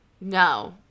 no